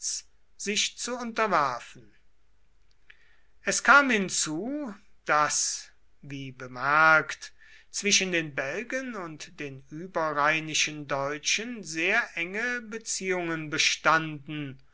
sich zu unterwerfen es kam hinzu daß wie bemerkt zwischen den belgen und den überrheinischen deutschen sehr enge beziehungen bestanden